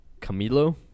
Camilo